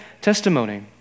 testimony